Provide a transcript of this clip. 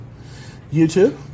YouTube